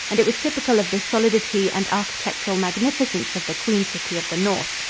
and it was typical of the solidity and architectural magnificence of the queen city of the north.